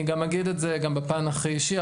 אני גם אגיד את זה גם בפן הכי אישי,